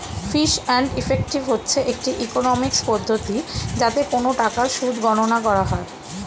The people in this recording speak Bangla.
ফিস অ্যান্ড ইফেক্টিভ হচ্ছে একটি ইকোনমিক্স পদ্ধতি যাতে কোন টাকার সুদ গণনা করা হয়